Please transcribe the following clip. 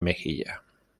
mejilla